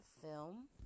film